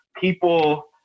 people